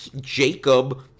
Jacob